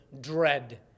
dread